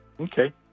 Okay